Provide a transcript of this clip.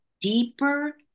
deeper